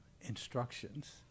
instructions